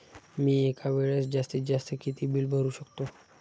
मी एका वेळेस जास्तीत जास्त किती बिल भरू शकतो?